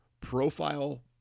Profile